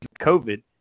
COVID